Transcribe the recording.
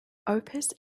opus